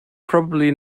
probably